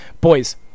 boys